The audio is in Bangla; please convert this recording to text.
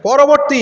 পরবর্তী